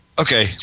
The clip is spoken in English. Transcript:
okay